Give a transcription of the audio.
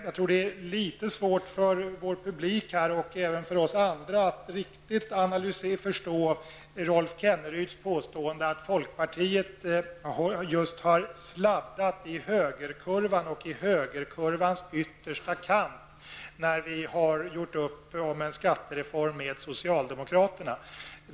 Jag tror att det är litet svårt för vår publik och även för oss andra att förstå Rolf Kenneryds påstående att folkpartiet har sladdat i högerkurvans yttersta kant när de har gjort upp om en skattereform med socialdemokraterna.